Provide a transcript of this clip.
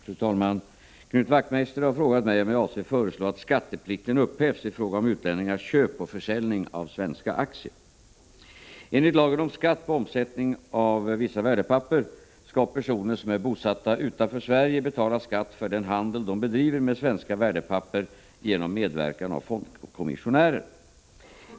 Fru talman! Knut Wachtmeister har frågat mig om jag avser föreslå att skatteplikten upphävs i fråga om utlänningars köp och försäljning av svenska aktier. Enligt lagen om skatt på omsättning av vissa värdepapper skall personer som är bosatta utanför Sverige betala skatt för den handel de bedriver med svenska värdepapper genom medverkan av fondkommissionärer.